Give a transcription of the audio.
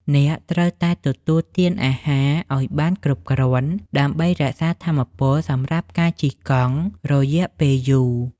អ្នកត្រូវតែ ទទួលទានអាហារអោយបានគ្រប់គ្រាន់ ដើម្បីរក្សាថាមពលសម្រាប់ការជិះកង់រយៈពេលយូរ។